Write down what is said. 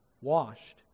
washed